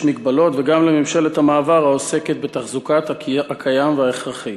מגבלות וגם לממשלת המעבר העוסקת בתחזוקת הקיים וההכרחי.